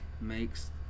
makes